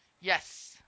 Yes